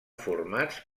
formats